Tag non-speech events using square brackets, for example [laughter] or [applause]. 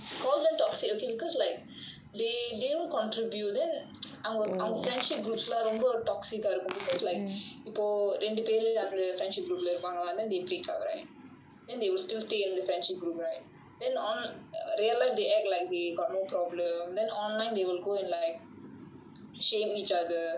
call them toxic okay because like they they don't contribute then [noise] our our friendship group ரொம்ப:romba toxic இருக்கு:irukku because like இப்போ ரெண்டு பேரு அந்த:ippo rendu peru antha friendship group இருப்பாங்க:iruppaanga then they breakup right then they wil still stay in the friendship group right then on real life they act like we got no problem then online they will go and like shame each other